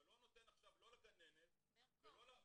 אתה לא נותן עכשיו לא לגננת ולא להורים --- ברקו,